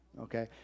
okay